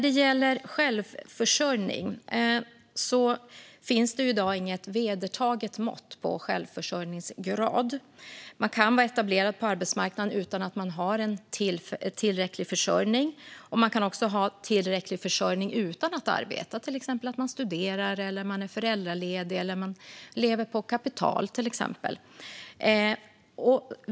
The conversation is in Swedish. Det finns i dag inget vedertaget mått på självförsörjningsgrad. Man kan vara etablerad på arbetsmarknaden utan att ha en tillräcklig försörjning, och man kan också ha en tillräcklig försörjning utan att arbeta, till exempel för att man studerar, är föräldraledig eller lever på kapital.